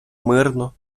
мирно